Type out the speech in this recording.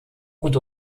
und